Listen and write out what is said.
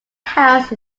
house